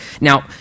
Now